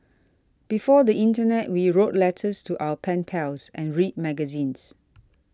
before the Internet we wrote letters to our pen pals and read magazines